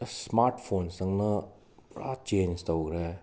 just smart ꯐꯣꯟꯗꯪꯅ ꯄꯨꯔꯥ change ꯇꯧꯈ꯭ꯔꯦ